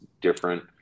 different